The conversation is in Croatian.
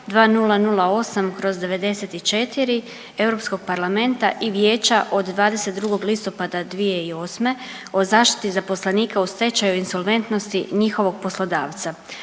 2008/94 Europskog parlamenta i Vijeća od 22. listopada 2008. o zaštiti zaposlenika u stečaju insolventnosti i njihovog poslodavca.